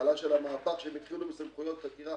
בהתחלה של המהפך שהם התחילו בסמכויות חקירה